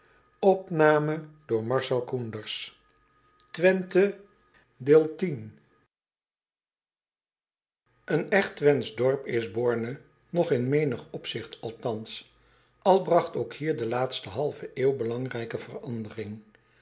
bereikt en echt wenthsch dorp is orne nog in menig opzigt althans al bragt ook hier de laatste halve eeuw belangrijke verandering